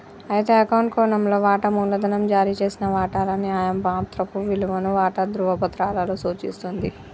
అయితే అకౌంట్ కోణంలో వాటా మూలధనం జారీ చేసిన వాటాల న్యాయమాత్రపు విలువను వాటా ధ్రువపత్రాలలో సూచిస్తుంది